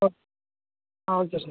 okay ah okay sir